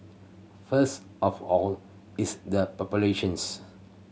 first of all it's the populations